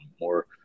more